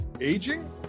Aging